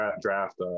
draft